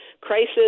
crisis